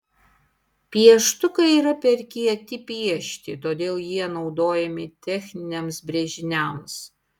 pieštukai yra per kieti piešti todėl jie naudojami techniniams brėžiniams